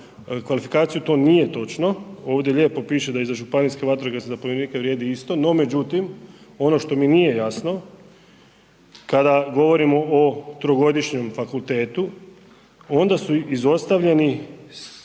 kvalifikaciju to nije točno. Ovdje lijepo piše da i za županijske vatrogasne zapovjednike vrijedi isto. No međutim, ono što mi nije jasno kada govorimo o trogodišnjem fakultetu onda su izostavljeni